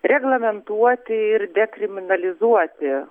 reglamentuoti ir dekriminalizuoti